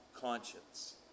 conscience